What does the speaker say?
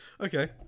Okay